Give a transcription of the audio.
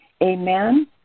Amen